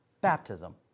baptism